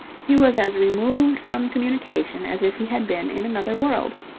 he was as removed from communication as if he had been in another world.